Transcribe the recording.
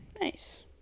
nice